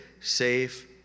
safe